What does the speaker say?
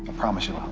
ah promise you